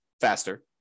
faster